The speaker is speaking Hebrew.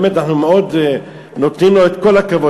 באמת אנחנו מאוד נותנים לו את כל הכבוד,